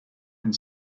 and